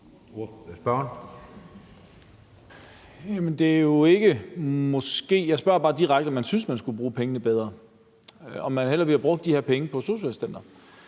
Jeg spørger bare direkte, om man synes, at man skulle bruge pengene bedre, altså om man hellere ville have brugt de her penge på sosu-assistenter.